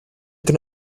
can